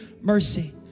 mercy